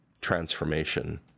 transformation